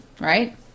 right